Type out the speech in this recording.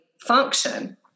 function